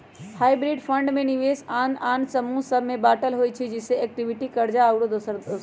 hybrid fund में निवेश आन आन समूह सभ में बाटल होइ छइ जइसे इक्विटी, कर्जा आउरो दोसर